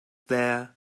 there